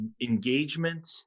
engagement